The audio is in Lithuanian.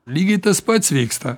lygiai tas pats vyksta